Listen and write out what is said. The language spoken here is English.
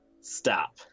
Stop